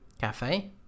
cafe